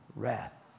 wrath